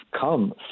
come